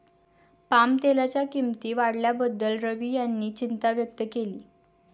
पामतेलाच्या किंमती वाढल्याबद्दल रवी यांनी चिंता व्यक्त केली